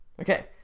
Okay